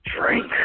drink